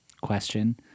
question